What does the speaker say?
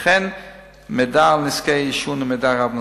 וכן מידע על נזקי עישון ומידע רב נוסף.